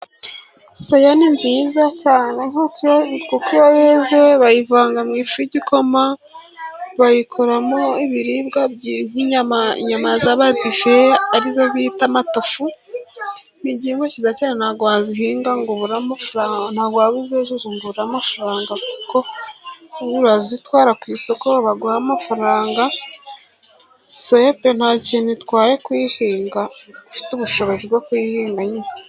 Soya ni nziza cyane kuko iyo yeze bayivanga mu ifu y'igikoma, bayikoramo ibiribwa nk'inyama z'abadive ari zo bita amatofu, ni igihingwa kiza yane ntabwo wazihinga ngo ntabwo waba uzejeje ngo ubure amafaranga, kuko bazitwara ku isoko baguha amafaranga, soya pe nta kintu itwaye kuyihinga ufite ubushobozi bwo kuyihinga.